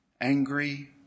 angry